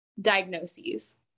diagnoses